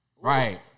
Right